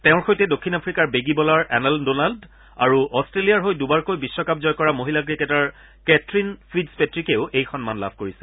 তেওঁৰ সৈতে দক্ষিণ আফ্ৰিকাৰ বেগী বলাৰ এলেন ডোনাল্ড আৰু অট্টেলিয়াৰ হৈ দুবাৰকৈ বিশ্বকাপ জয় কৰা মহিলা ক্ৰিকেটাৰ কেথৰিন ফিট্জপেট্টিকেও এই সন্মান লাভ কৰিছে